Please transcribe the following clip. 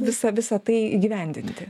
visa visa tai įgyvendinti